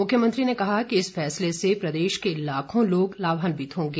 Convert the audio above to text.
मुख्यमंत्री ने कहा कि इस फैसले से प्रदेश के लाखों लोग लाभान्वित होंगे